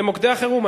זה מוקדי החירום.